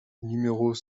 numéros